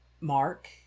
Mark